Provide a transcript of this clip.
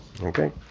Okay